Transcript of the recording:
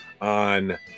on